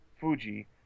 Fuji